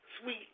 sweet